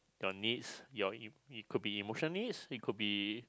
your needs your it it could be emotional needs it could be